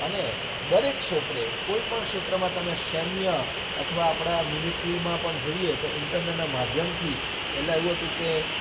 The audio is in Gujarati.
અને દરેક ક્ષેત્રે કોઈપણ ક્ષેત્રમાં તમે સૈન્ય અથવા આપણા મિલેટરીમાં પણ જોઈએ તો ઈન્ટરનેટના માધ્યમથી પહેલાં એવું હતું કે